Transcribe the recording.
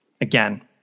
again